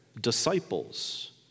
Disciples